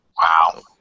Wow